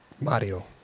Mario